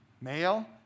male